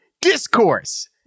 discourse